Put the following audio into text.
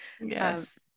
Yes